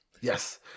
Yes